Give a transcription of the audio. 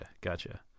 gotcha